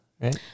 right